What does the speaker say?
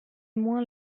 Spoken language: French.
moins